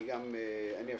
בבקשה,